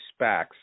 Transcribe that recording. SPACs